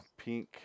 Pink